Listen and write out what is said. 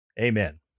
Amen